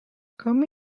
come